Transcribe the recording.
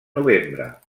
novembre